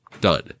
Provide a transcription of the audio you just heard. done